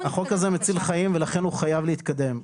החוק מציל חיים ולכן הוא חייב להתקדם.